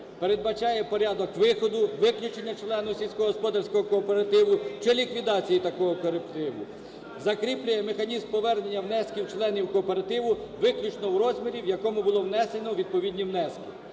передбачає порядок виходу, виключення члена сільськогосподарського кооперативу чи ліквідації такого кооперативу. Закріплює механізм повернення внесків членів кооперативу виключно в розмірі, в якому було внесено відповідні внески.